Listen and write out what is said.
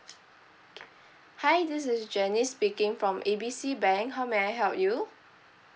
hi this is janice speaking from A B C bank how may I help you